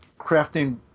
crafting